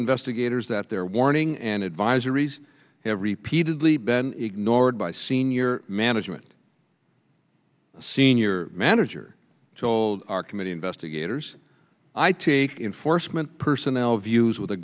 investigators that their warning and advisories have repeatedly been ignored by senior management senior manager told our committee investigators i take in force personnel views with a